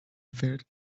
filled